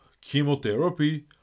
chemotherapy